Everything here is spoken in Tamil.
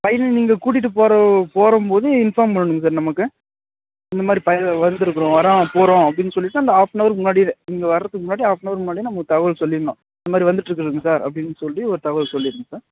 பையனை நீங்கள் கூட்டிகிட்டுப் போகி போகிறம்போது இன்ஃபார்ம் பண்ணனும் சார் நமக்கு இந்த மாதிரி பையன் வந்துயிருக்குறோம் வரோம் போகிறோம் அப்படின்னு சொல்லிவிட்டு அந்த ஹாஃப்னவருக்கு முன்னாடியே நீங்கள் வரதுக்கு முன்னாடி ஹாஃப்னவருக்கு முன்னாடியே நமக்கு தகவல் சொல்லிட்ணும் இந்த மாதிரி வந்துட்டு இருக்கிறோங்க சார் அப்படின்னு சொல்லி ஒரு தகவல் சொல்லிவிடுங்க சார்